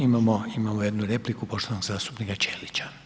imamo, imamo jednu repliku poštovanog zastupnika Ćelića.